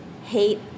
hate